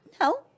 No